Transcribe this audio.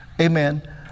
Amen